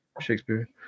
Shakespeare